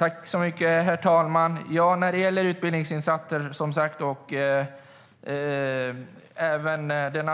Herr talman! Detta med utbildningsinsatser och den särskilda